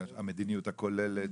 המדיניות הכוללת,